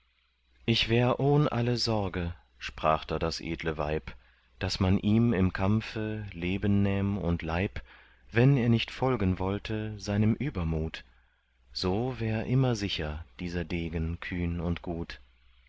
ich wär ohn alle sorge sprach da das edle weib daß man ihm im kampfe leben nähm und leib wenn er nicht folgen wollte seinem übermut so wär immer sicher dieser degen kühn und gut